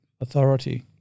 authority